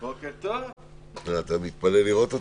אתה מתפלא לראות אותי?